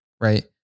Right